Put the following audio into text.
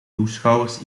toeschouwers